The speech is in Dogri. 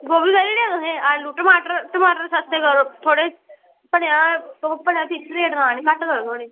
गोभी लेई लेआ तुसें आलूं टमाटर सस्ते करो थोह्ड़े भलेआं तुस भलेआं मैहंगे करा दे बंद करो एह्